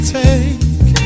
take